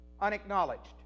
unacknowledged